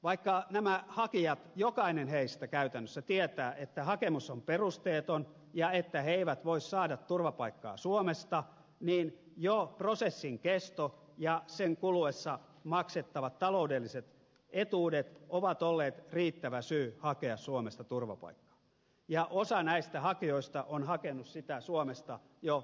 vaikka näistä hakijoista jokainen käytännössä tietää että hakemus on perusteeton ja että he eivät voi saada turvapaikkaa suomesta niin jo prosessin kesto ja sen kuluessa maksettavat taloudelliset etuudet ovat olleet riittävä syy hakea suomesta turvapaikkaa ja osa näistä hakijoista on hakenut sitä suomesta jo useamman kerran